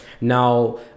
Now